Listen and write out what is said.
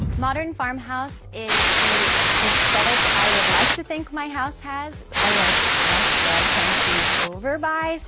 modern farmhouse is the aesthetic i would like to think my house has i like stuff so i tend to overbuy, so